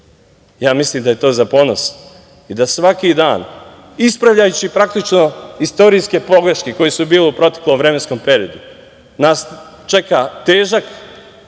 mislim da je to za ponos i da svaki dan, ispravljajući praktično istorijske pogreške koje su bile u proteklom vremenskom periodu, nas čeka težak